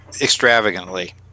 extravagantly